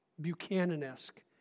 Buchanan-esque